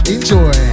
Enjoy